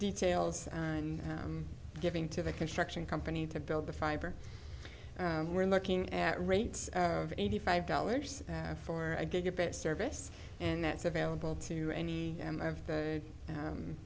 details giving to the construction company to build the fiber we're looking at rates of eighty five dollars for a gigabit service and that's available to any of the